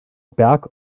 berg